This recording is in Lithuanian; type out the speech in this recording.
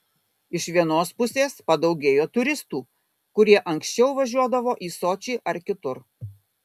iš vienos pusės padaugėjo turistų kurie anksčiau važiuodavo į sočį ar kitur